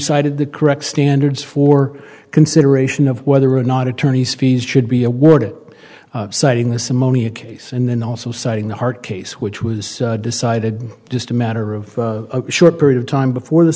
recited the correct standards for consideration of whether or not attorney's fees should be awarded citing the simonian case and then also citing the heart case which was decided just a matter of a short period of time before the